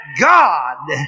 God